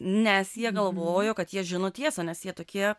nes jie galvojo kad jie žino tiesą nes jie tokie